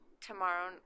tomorrow